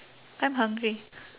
I'm hungry